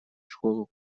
школу